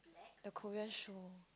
a Korean show